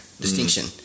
distinction